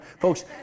Folks